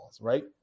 right